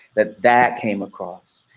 that that came across.